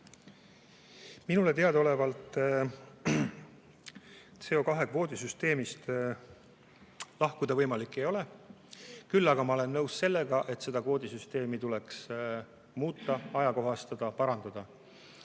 Minule teadaolevalt CO2kvoodi süsteemist lahkuda ei ole võimalik. Küll aga ma olen nõus sellega, et seda kvoodisüsteemi tuleks muuta, ajakohastada ja parandada.